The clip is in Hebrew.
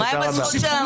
יעל